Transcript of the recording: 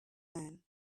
man